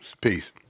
Peace